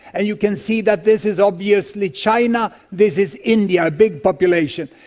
and you can see that this is obviously china, this is india, big population,